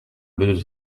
bleu